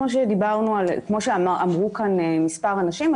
כמו שאמרו כאן מספר אנשים,